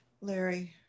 Larry